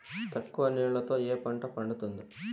తక్కువ నీళ్లతో ఏ పంట పండుతుంది?